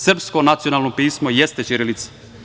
Srpsko nacionalno pismo jeste ćirilica.